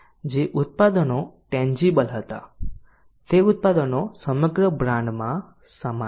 જે ઉત્પાદનો ટેન્જીબલ હતા તે ઉત્પાદનો સમગ્ર બ્રાન્ડમાં સમાન છે